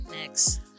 Next